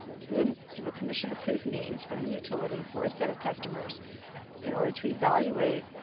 through um through a commission approved means from the utility for a set of customers in order to evaluate